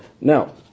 Now